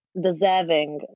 deserving